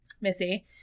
Missy